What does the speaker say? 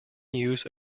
use